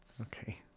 Okay